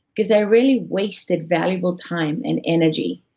because i really wasted valuable time and energy,